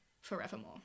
forevermore